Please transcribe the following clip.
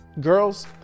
girls